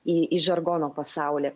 į į žargono pasaulį